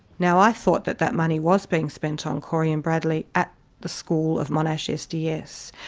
now, i thought that that money was being spent on corey and bradley at the school of monash sds.